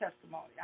testimony